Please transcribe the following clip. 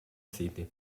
city